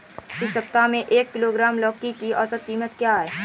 इस सप्ताह में एक किलोग्राम लौकी की औसत कीमत क्या है?